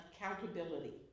accountability